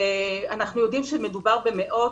אבל אנחנו יודעים שמדובר במאות.